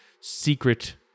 secret